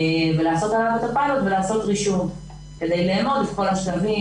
ולעשות עליו את הפיילוט ולעשות רישום כדי לאמוד את כל השלבים,